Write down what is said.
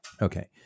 Okay